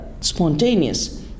spontaneous